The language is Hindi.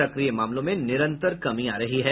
सक्रिय मामलों में निरंतर कमी आ रही है